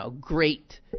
great